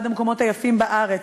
אחד המקומות היפים בארץ,